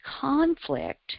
conflict